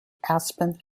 aspen